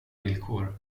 villkor